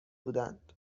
بودند